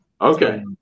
Okay